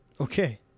Okay